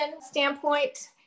standpoint